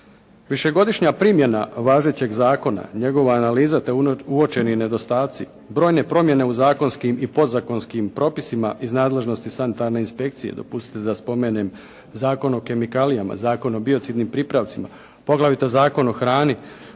Višegodišnja primjena važećeg zakona, njegova analiza te uočeni nedostaci, brojne promjene u zakonskim i podzakonskim propisima iz nadležnosti sanitarne inspekcije, dopustite da spomenem Zakon o kemikalijama, Zakon o biocidnim pripravcima poglavito Zakon o hrani,